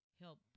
help